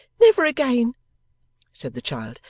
never again said the child.